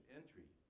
entry